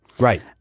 Right